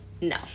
no